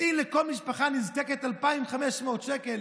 הטעין לכל משפחה נזקקת 2,500 שקל,